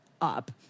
up